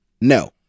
No